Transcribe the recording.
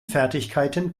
fertigkeiten